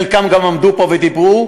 חלקם גם עמדו פה ודיברו,